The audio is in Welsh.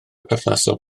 perthnasol